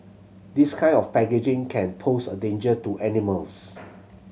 this kind of packaging can pose a danger to animals